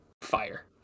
fire